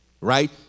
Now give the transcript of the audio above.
right